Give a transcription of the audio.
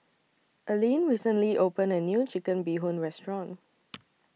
Alleen recently opened A New Chicken Bee Hoon Restaurant